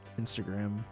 Instagram